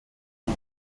sie